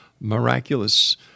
miraculous